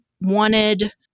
wanted